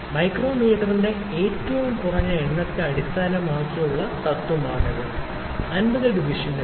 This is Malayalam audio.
മൈക്രോമീറ്ററിന്റെ ഏറ്റവും കുറഞ്ഞ എണ്ണത്തെ അടിസ്ഥാനമാക്കി അടിസ്ഥാനമാക്കിയുള്ള തത്വമാണിത് 50 ഡിവിഷനുകളിൽ 0